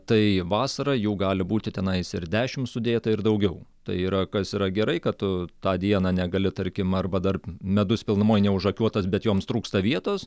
tai vasarą jau gali būti tenais ir dešimt sudėta ir daugiau tai yra kas yra gerai kad tu tą dieną negali tarkim arba dar medus pilnumoj neužakiuotas bet joms trūksta vietos